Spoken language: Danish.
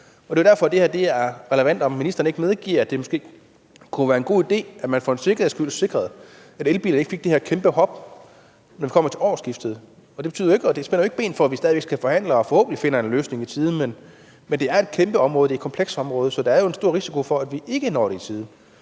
Det er jo derfor, at det er relevant at spørge, om ikke ministeren medgiver, at det måske kunne være en god idé, at man for en sikkerheds skyld sørgede for, at elbiler ikke får det her kæmpe hop, når vi kommer til årsskiftet. Det spænder jo ikke ben for, at vi forhåbentlig finder vi en løsning i tide. Vi skal jo stadig væk forhandle. Men det er et kæmpestort område, det er et komplekst område, så der er jo en stor risiko for, at vi ikke når det i tide.